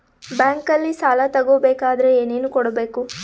ಬ್ಯಾಂಕಲ್ಲಿ ಸಾಲ ತಗೋ ಬೇಕಾದರೆ ಏನೇನು ಕೊಡಬೇಕು?